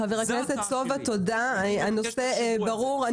חבר הכנסת סובה, הנושא ברור.